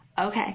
Okay